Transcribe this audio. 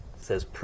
says